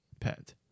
pet